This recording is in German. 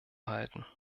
halten